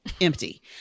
Empty